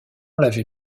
l’avait